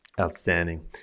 Outstanding